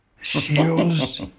shields